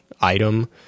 item